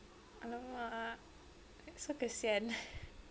!alamak! that's so kesian